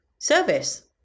service